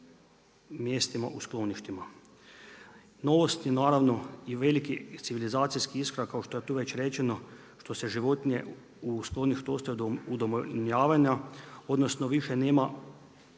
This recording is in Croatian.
mjestima u skloništima. Novosti naravno i veliki civilizacijski iskorak kao što je to već rečeno, što se životinje u sklonište ostaju do udomljavanja, odnosno više nema